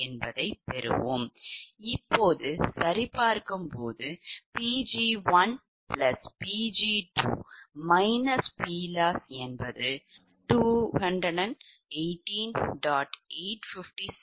இப்போது சரிபார்க்கும்போது Pg1Pg2 PLoss 218